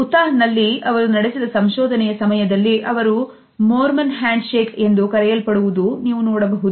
ಉತ್ತನಲ್ಲಿ ಅವರು ನಡೆಸಿದ ಸಂಶೋಧನೆಯ ಸಮಯದಲ್ಲಿ ಅವರು ಮೋರ್ಮನ್ ಹ್ಯಾಂಡ್ ಶೇಕ್ ಎಂದು ಕರೆಯಲ್ಪಡುವುದು ನೀವು ನೋಡಬಹುದು